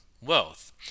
wealth